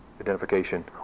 identification